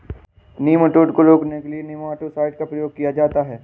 nematode को रोकने के लिए नेमाटो साइड का प्रयोग किया जाता है